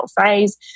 phase